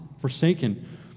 forsaken